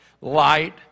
light